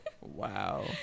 Wow